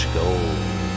gold